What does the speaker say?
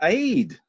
aid